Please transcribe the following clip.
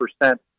percent